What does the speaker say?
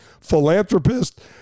philanthropist